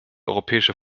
europäische